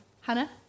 Hannah